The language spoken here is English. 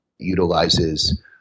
utilizes